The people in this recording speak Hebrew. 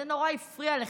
זה נורא הפריע לך,